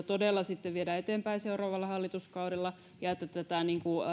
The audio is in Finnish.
todella viedään eteenpäin seuraavalla hallituskaudella ja että tätä